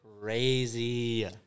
crazy